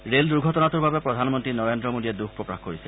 rail দুৰ্ঘটনাটোৰ বাবে প্ৰধানমন্ত্ৰী নৰেন্দ্ৰ মোদীয়ে দুখ প্ৰকাশ কৰিছে